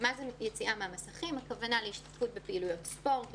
הכוונה ביציאה ממסכים היא להשתתפות בפעילויות ספורט,